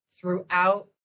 throughout